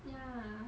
ya